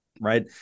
right